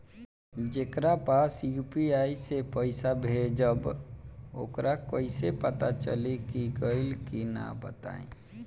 जेकरा पास यू.पी.आई से पईसा भेजब वोकरा कईसे पता चली कि गइल की ना बताई?